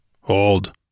Hold